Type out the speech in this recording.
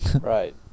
Right